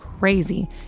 Crazy